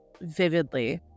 vividly